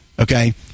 Okay